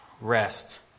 rest